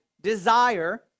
desire